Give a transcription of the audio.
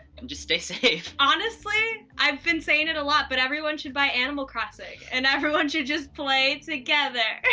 and just stay safe. honestly, i've been saying it a lot, but everyone should buy animal crossing, and everyone should just play together.